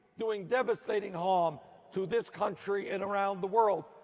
doing devastateing harm to this country and around the world.